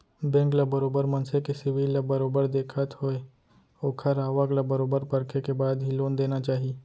bank ल बरोबर मनसे के सिविल ल बरोबर देखत होय ओखर आवक ल बरोबर परखे के बाद ही लोन देना चाही